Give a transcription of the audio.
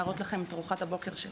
להראות לכם את ארוחת הבוקר שלי